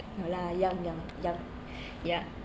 no lah young young young yup